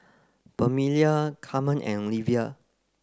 Permelia Carmen and Livia